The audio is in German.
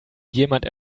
jemand